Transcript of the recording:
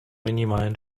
minimalen